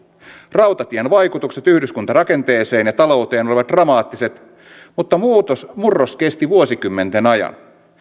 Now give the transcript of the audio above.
rautatien vaikutukset yhdyskuntarakenteeseen ja talouteen olivat dramaattiset mutta murros kesti vuosikymmenten ajan